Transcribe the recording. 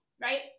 Right